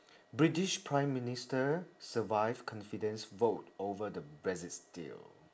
british prime minister survive confidence vote over the brexit deal